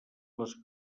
les